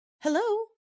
Hello